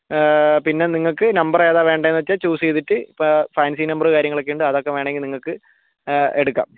പിന്നെ നിങ്ങൾക്ക് നമ്പറേതാണ് വേണ്ടതെന്ന് വച്ചാൽ ചൂസ് ചെയ്തിട്ട് ഇപ്പോൾ ഫാൻസി നമ്പറ് കാര്യങ്ങളൊക്കെയുണ്ട് അതൊക്കെ വേണമെങ്കിൽ നിങ്ങൾക്ക് എടുക്കാം